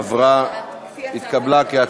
נתקבלה.